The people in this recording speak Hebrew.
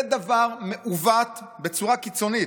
זה דבר מעוות בצורה קיצונית.